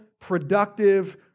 Productive